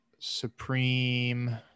Supreme